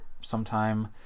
sometime